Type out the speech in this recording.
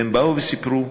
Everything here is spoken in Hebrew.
והם באו וסיפרו